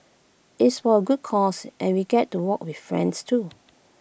it's for A good cause and we get to walk with friends too